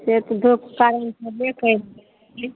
से तऽ धुप